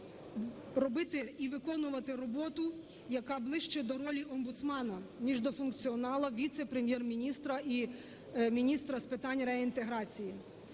робити і виконувати роботу, яка ближче до ролі омбудсмена, ніж до функціоналу віце-прем'єр-міністра і міністра з питань реінтеграції.